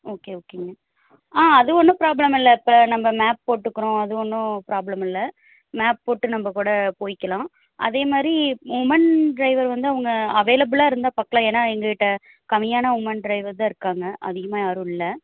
okay ஓகேங்க ஆ அது ஒன்றும் ப்ராப்ளம் இல்லை இப்போ நம்ம மேப் போட்டுக்கிறோம் அது ஒன்றும் ப்ராப்ளம் இல்லை மேப் போட்டு நம்ம கூட போயிக்கலாம் அதே மாதிரி உமன் டிரைவர் வந்து அவைளபிலாக இருந்தால் பார்க்கலாம் ஏன்னால் எங்கள் கிட்டே கம்மியான உமன் டிரைவர் தான் இருக்காங்க அதிகமாக யாரும் இல்லை